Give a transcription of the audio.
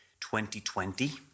2020